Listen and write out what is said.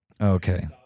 Okay